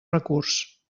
recurs